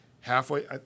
halfway